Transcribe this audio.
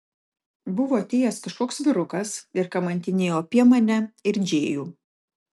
buvo atėjęs kažkoks vyrukas ir kamantinėjo apie mane ir džėjų